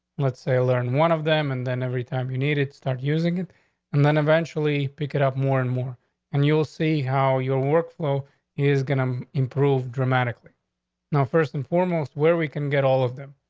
let's say learn one of them, and then every time you needed to start using it and then eventually pick it up more and more and you'll see how your work for he is gonna um improve dramatically now, first and foremost where we can get all of them.